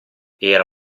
era